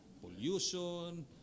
pollution